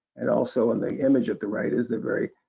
and also on the image of the right is the very